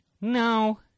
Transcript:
No